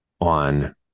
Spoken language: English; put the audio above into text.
on